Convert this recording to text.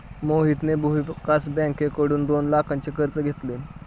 मोहितने भूविकास बँकेकडून दोन लाखांचे कर्ज घेतले